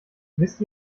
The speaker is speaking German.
wisst